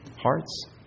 hearts